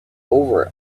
over